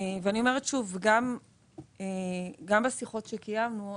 אני אומרת שוב שגם בשיחות שקיימנו,